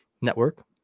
Network